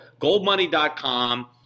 goldmoney.com